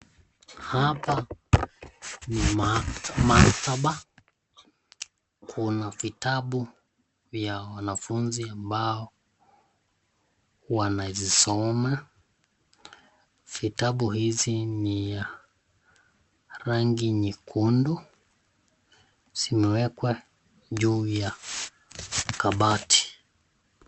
Hapa ni maktaba, kuna vitabu vya wanafunzi ambao wanazisoma, vitabu hizi ni ya rangi nyekundu, zimewekwa juu ya kabati.